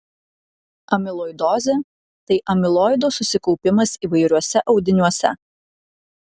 amiloidozė tai amiloido susikaupimas įvairiuose audiniuose